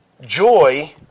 Joy